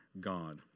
God